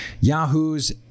Yahoo's